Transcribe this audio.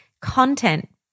content